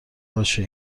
باشه